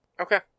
Okay